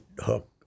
hook